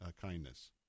kindness